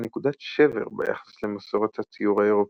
נקודת שבר ביחס למסורת הציור האירופית.